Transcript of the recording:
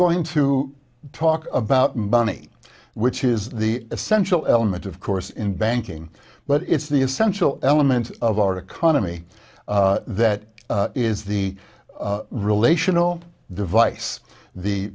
going to talk about money which is the essential element of course in banking but it's the essential element of our economy that is the relational device the